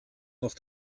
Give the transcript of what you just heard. noch